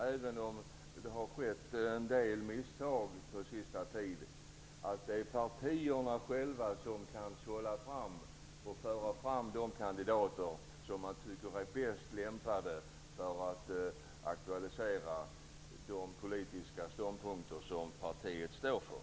Även om det har skett en del misstag på senare tid, tror jag att partierna själva kan sålla fram och föra fram de kandidater man tycker är bäst lämpade att aktualisera de politiska ståndpunkter partiet har.